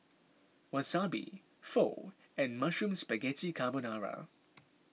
Wasabi Pho and Mushroom Spaghetti Carbonara